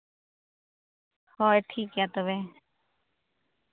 ᱦᱳᱭ ᱴᱷᱤᱠ ᱜᱮᱭᱟ ᱛᱚᱵᱮ